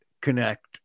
connect